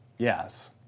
Yes